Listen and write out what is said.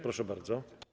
Proszę bardzo.